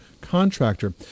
contractor